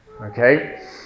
okay